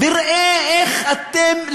וראה איך אתם,